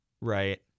right